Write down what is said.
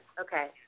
Okay